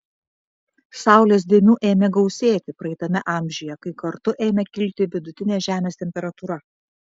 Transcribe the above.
saulės dėmių ėmė gausėti praeitame amžiuje kai kartu ėmė kilti vidutinė žemės temperatūra